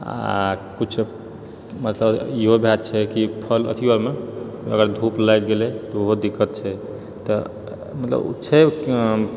आ कुछ मतलब इहो बात छै कि फल अथियो आरमे अगर धूप लागि गेलै तऽ ओहो दिक्कत छै तऽ मतलब ओ छै